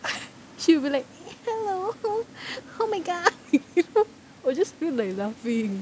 she will be like hello oh my god I will just feel like laughing